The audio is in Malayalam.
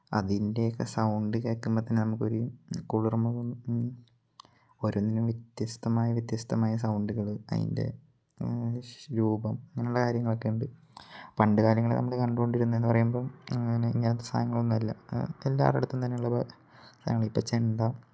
അതിൻ്റെയൊക്കെ സൗണ്ട് കേൾക്കുമ്പം തന്നെ നമുക്ക് ഒരു കൂളിർമ തോന്നും ഓരോന്നിനും വ്യത്യസ്തമായ വ്യത്യസ്തമായ സൗണ്ടുകൾ അതിൻ്റെ രൂപം അങ്ങനെയുള്ള കാര്യങ്ങളൊക്കെ ഉണ്ട് പണ്ട് കാലങ്ങളിൽ നമ്മൾ കണ്ടുകൊണ്ടിരുന്നതെന്നു പറയുമ്പം അങ്ങനെ ഇങ്ങനത്തെ സാധനങ്ങളൊന്നും അല്ല എല്ലാവരുടെ അടുത്തും തന്നെയുള്ളത് ഇപ്പം ചെണ്ട